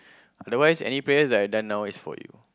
otherwise any prayers that I've done now is for you